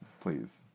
please